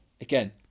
again